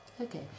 Okay